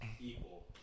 Equal